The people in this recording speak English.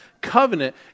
covenant